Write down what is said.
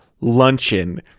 luncheon